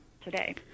today